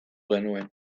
genuen